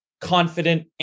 confident